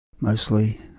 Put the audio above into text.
mostly